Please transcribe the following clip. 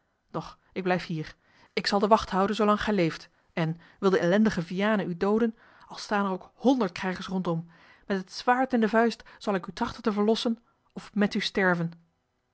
doch ik blijf hier ik zal de wacht houden zoolang gij leeft en wil de ellendige vianen u dooden al staan er ook honderd krijgers rondom met het zwaard in de vuist zal ik u trachten te verlossen of met u sterven